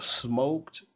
smoked